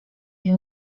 wiem